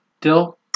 Dill